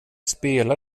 spelar